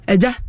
Eja